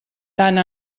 tant